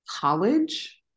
college